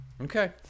Okay